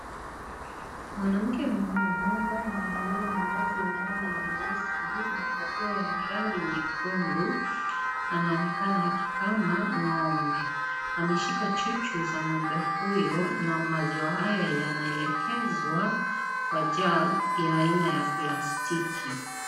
Mwanamke mmoja ambaye amevalia mavazi ya rangi nyeusi na kofia ya rangi nyekundu anaonekana akikama ng'ombe. Ameshika chuchu za ng'ombe huyo na maziwa haya yanaelekezwa kwa jag ya aina ya plastiki.